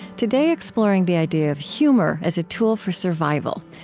today, exploring the idea of humor as a tool for survival,